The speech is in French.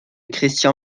christian